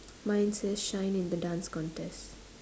mine says shine in the dance contest